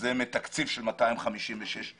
זה מתקציב של 256 מיליון.